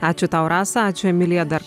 ačiū tau rasa ačiū emilija dar